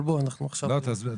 אבל עזוב.